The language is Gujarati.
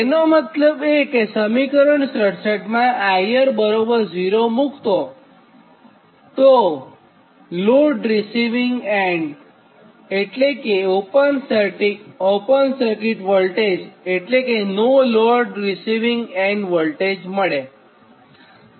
તેનો મતલબ કે સમીકરણ 67 માં IR 0 મૂકોતો નો લોડ રીસિવીંગ એન્ડ એટલે કે ઓપન સર્કિટ વોલ્ટેજ મળે